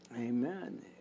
Amen